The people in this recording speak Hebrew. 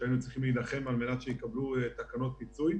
שהיינו צריכים להילחם על מנת שיקבלו תקנות פיצוי,